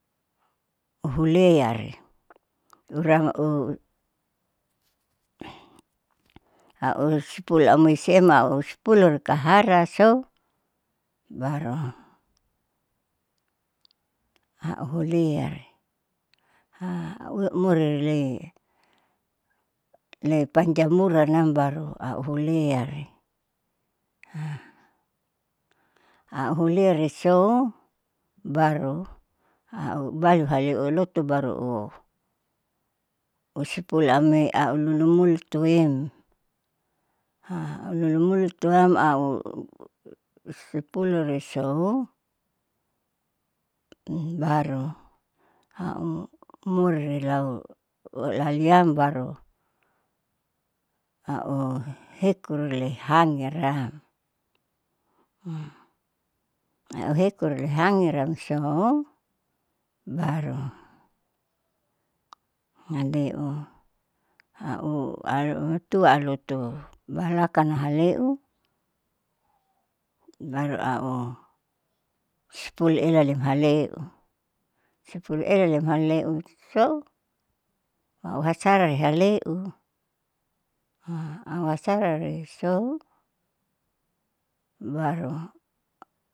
Uhuleari au ispul amoi siem au spul ulu kahara sou, baru au huliari moriale le panjamuranam baru au huleari. au huleari sou baru au bale hale uloto baru ispul ame aunulumoltoem aulolu molto am au isipul risou baru au murilau laliam baru au heku liariaram aureku rihangir amsou baru nanti au au tua loto balakang haleu baru au ispul helalem haleu ispul ela lem haleu au hasara rihaleu auhasara risou baru.